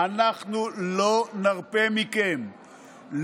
אנחנו לא נרפה מכם,